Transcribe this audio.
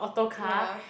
ya